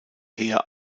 heer